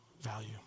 value